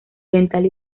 oriental